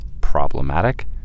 problematic